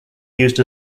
used